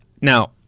Now